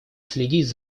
следить